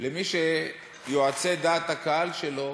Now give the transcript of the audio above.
למי שיועצי דעת הקהל שלו